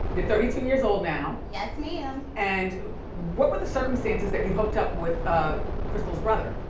you're thirty two years old now. yes, ma'am. and what were the circumstances that you hooked up with ah crystal's brother?